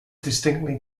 distinctly